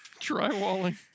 Drywalling